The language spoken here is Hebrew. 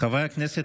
חברי הכנסת,